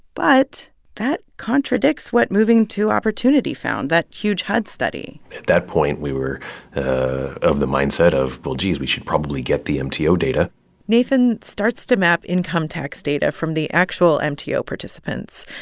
but that contradicts what moving to opportunity found, that huge hud study at that point, we were of the mindset of, well, geez, we should probably get the mto data nathan starts to map income tax data from the actual mto participants.